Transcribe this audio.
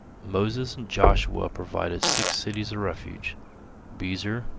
moses and joshua provided six cities of refuge bezer,